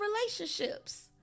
relationships